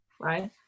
Right